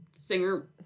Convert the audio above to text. singer